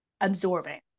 absorbing